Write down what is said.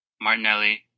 Martinelli